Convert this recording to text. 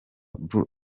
blue